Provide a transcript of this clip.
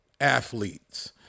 athletes